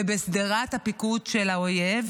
ובשדרת הפיקוד של האויב,